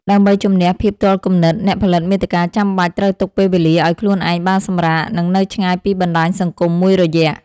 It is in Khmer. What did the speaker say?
ដើម្បីជម្នះភាពទាល់គំនិត អ្នកផលិតមាតិកាចាំបាច់ត្រូវទុកពេលវេលាឱ្យខ្លួនឯងបានសម្រាក និងនៅឆ្ងាយពីបណ្ដាញសង្គមមួយរយៈ។